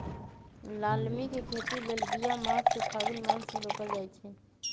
लालमि के खेती लेल बिया माघ से फ़ागुन मास मे रोपल जाइ छै